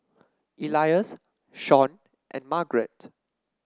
Elias Shawn and Margarett